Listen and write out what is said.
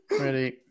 Ready